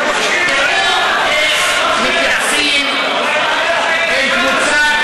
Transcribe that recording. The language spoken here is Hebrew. איך מתייחסים אל קבוצה,